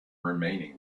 remaining